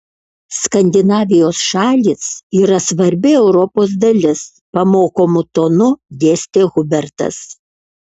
skandinavijos šalys yra svarbi europos dalis pamokomu tonu dėstė hubertas